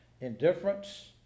indifference